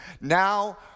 Now